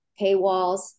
paywalls